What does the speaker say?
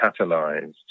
catalyzed